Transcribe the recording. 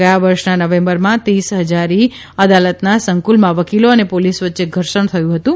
ગયા વર્ષના નવેંબરમાં તીસ હજારી અદાલતના સંકુલમાં વકીલો અને પોલીસ વચ્ચે ધર્ષણ થયું હતું